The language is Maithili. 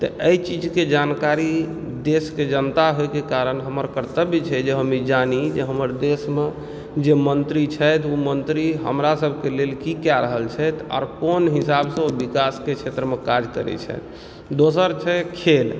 तऽ एहि चीज के जानकारी देश के जनता होइ के कारण हमर कर्तव्य छै जे हम ई जानि जे हमर देश मे जे मंत्री छथि आ मंत्री हमरा सबके लेल की कऽ रहल छथि अऽ कोन हिसाब से विकासके क्षेत्रमे काज करैत छथि दोसर छै खेल